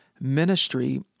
ministry